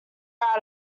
out